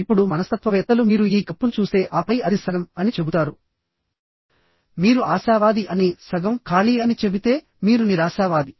ఇప్పుడు మనస్తత్వవేత్తలు మీరు ఈ కప్పును చూస్తే ఆపై అది సగం అని చెబుతారు మీరు ఆశావాది అని సగం ఖాళీ అని చెబితే మీరు నిరాశావాది